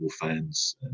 fans